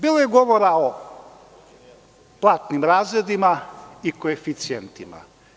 Bilo je govora o platnim razredima i koeficijentima.